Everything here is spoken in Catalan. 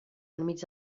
enmig